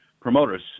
promoters